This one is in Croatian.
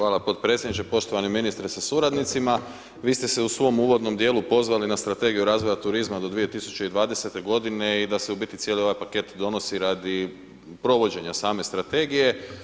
Hvala podpredsjedniče, poštovani ministre sa suradnicima vi ste se u svom uvodnom dijelu pozvali na strategiju razvoja turizma do 2020. godine i da se u biti cijeli ovaj paket donosi radi provođenja same strategije.